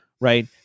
Right